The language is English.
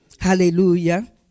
Hallelujah